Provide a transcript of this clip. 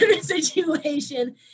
situation